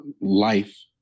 life